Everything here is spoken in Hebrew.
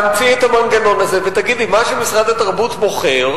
תאמצי את המנגנון הזה ותגידי: מה שמשרד התרבות מוכר,